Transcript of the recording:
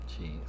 jeez